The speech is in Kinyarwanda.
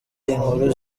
inkuru